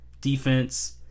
defense